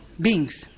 beings